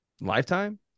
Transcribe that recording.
Lifetime